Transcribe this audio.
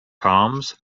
palms